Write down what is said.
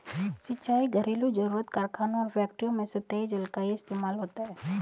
सिंचाई, घरेलु जरुरत, कारखानों और फैक्ट्रियों में सतही जल का ही इस्तेमाल होता है